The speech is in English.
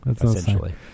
essentially